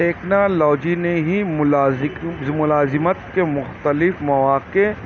technology نے ہی ملازکم ملازمت کے مختلف مواقع